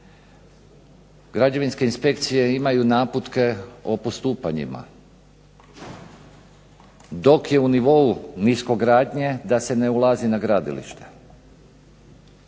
Građevinske inspekcije imaju naputke o postupanjima dok je u nivou niskogradnje da se ne ulazi na gradilište.